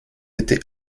été